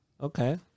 Okay